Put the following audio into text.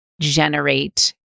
generate